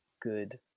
good